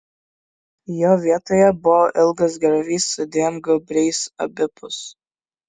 jo vietoje buvo ilgas griovys su dviem gūbriais abipus